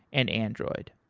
and android.